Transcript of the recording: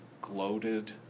gloated